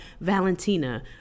Valentina